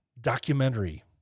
documentary